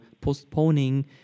postponing